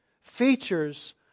features